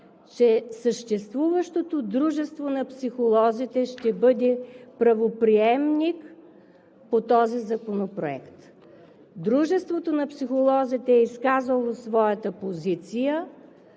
че съществуващото Дружество на психолозите ще бъде правоприемник по този законопроект. Дружеството на психолозите е изказало своята позиция,